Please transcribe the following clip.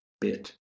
bit